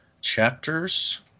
chapters